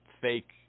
fake